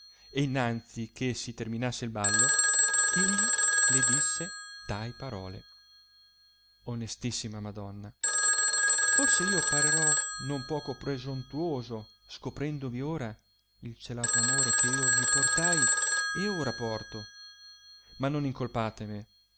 e innanzi che si terminasse il ballo egli le disse tai parole onestissima madonna forse io parerò non poco prosontuoso scoprendovi ora il celato amore che io vi portai e ora porto ma non incolpate me